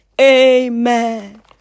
Amen